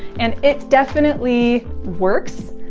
and it definitely works.